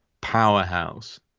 powerhouse